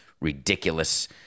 ridiculous